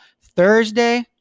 Thursday